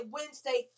Wednesday